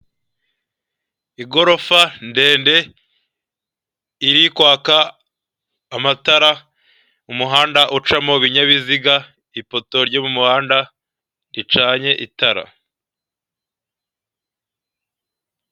Igorofa ndende iri kwaka amatara umuhanda ucamo ibinyabiziga ipoto ry'umuhanda ricanye itara.